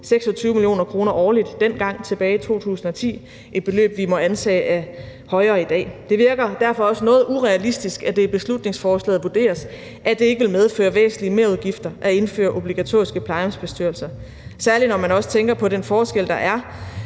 26 mio. kr. årligt, dengang tilbage i 2010. Det er et beløb, vi må antage er højere i dag. Det virker derfor også noget urealistisk, at det i beslutningsforslaget vurderes, at det ikke vil medføre væsentlige merudgifter at indføre obligatoriske plejehjemsbestyrelser, særlig når man også tænker på den forskel, der er